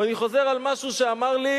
ואני חוזר על משהו שאמר לי